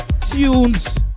tunes